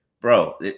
bro